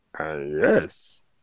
Yes